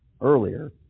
earlier